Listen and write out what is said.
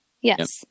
Yes